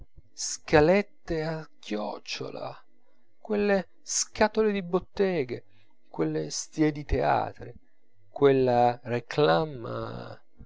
scalette a chiocciola quelle scatole di botteghe quelle stie di teatri quella réclame